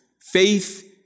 faith